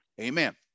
Amen